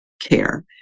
care